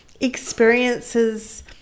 experiences